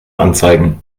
anzeigen